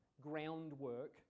groundwork